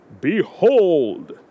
behold